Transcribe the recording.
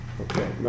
Okay